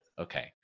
Okay